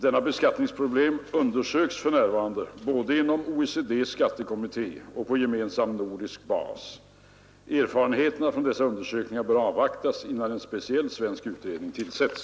Detta beskattningsproblem undersöks för närvarande både inom OECD:s skattekommitté och på gemensam nordisk bas. Erfarenheterna från dessa undersökningar bör avvaktas innan en speciell svensk utredning tillsätts.